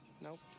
Nope